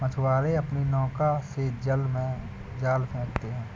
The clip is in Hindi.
मछुआरे अपनी नौका से जल में जाल फेंकते हैं